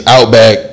Outback